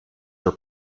your